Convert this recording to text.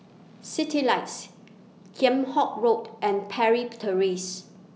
Citylights Kheam Hock Road and Parry Terrace